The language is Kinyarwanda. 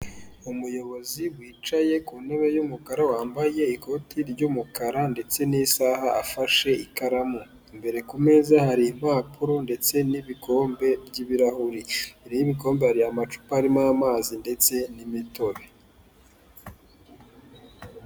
Umuyobozi wicaye ku ntebe y'umukara wambaye ikoti ry'umukara ndetse n'isaha afashe ikaramu, imbere ku meza hari impapuro ndetse n'ibikombe by'ibirahuri imbere y'ibikombe hari amacupa arimo amazi ndetse n'imitobe.